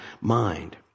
mind